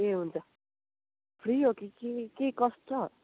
ए हुन्छ फ्री हो केही केही कस्ट छ